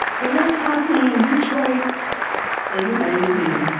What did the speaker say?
what's happening in detroit is amazing.